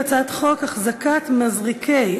הצעת חוק החזקת מזרקי,